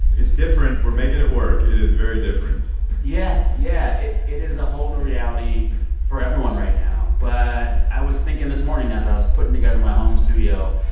it's different. we're making it work. it is very different yeah, yeah. it it is a whole new reality for everyone right now, but i was thinking this morning as i was putting together my home studio,